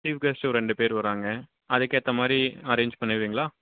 chief guest ஒரு ரெண்டு பேர் வர்றாங்க அதுக்கு ஏற்ற மாதிரி அரேஞ்ச் பண்ணிடறீங்களா